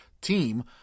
team